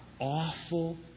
awful